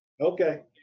Okay